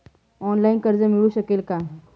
Online कर्ज मिळू शकेल का?